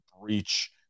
breach